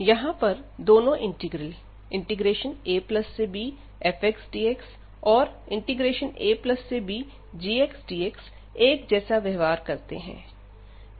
यहां पर दोनो इंटीग्रल abfxdx और abgxdx एक जैसा व्यवहार करते हैं